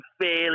fairly